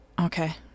okay